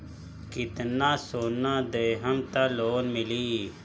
कितना सोना देहम त लोन मिली?